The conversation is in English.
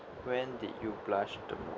when did you blush the most